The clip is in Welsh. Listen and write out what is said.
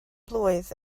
blwydd